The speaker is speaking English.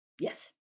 yes